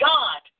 God